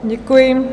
Děkuji.